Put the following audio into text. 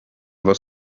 was